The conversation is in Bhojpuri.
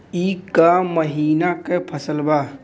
ई क महिना क फसल बा?